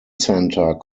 centre